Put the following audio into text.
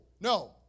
No